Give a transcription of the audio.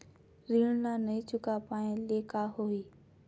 ऋण ला नई चुका पाय ले का होही?